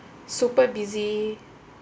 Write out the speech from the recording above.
super busy